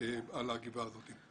על הגבעה הזאת.